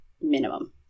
minimum